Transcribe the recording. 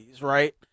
right